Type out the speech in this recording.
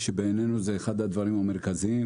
שזה אחד הדברים המרכזיים בעינינו.